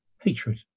hatred